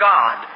God